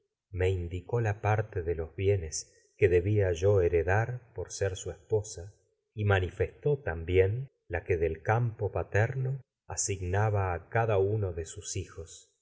me indicó lá parte de redar los bienes que debía yo he por ser su esposa y manifestó también la que del campo paterno asignaba a cada uno de sus hijos